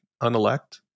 unelect